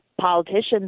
politicians